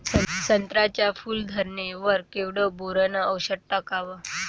संत्र्याच्या फूल धरणे वर केवढं बोरोंन औषध टाकावं?